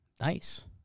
Nice